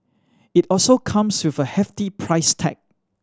it also comes with a hefty price tag